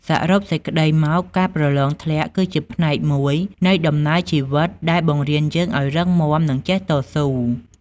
សរុបសេចក្ដីមក ការប្រឡងធ្លាក់ គឺជាផ្នែកមួយនៃដំណើរជីវិតដែលបង្រៀនយើងឲ្យរឹងមាំ និងចេះតស៊ូ។